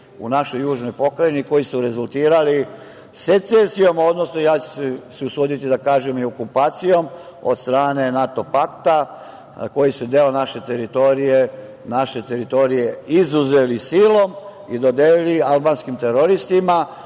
u našoj južnoj pokrajini, koji su rezultirali secesijom, odnosno ja ću se usuditi da kažem i okupacijom od strane NATO pakta, koji su deo naše teritorije izuzeli silom i dodelili albanskim teroristima,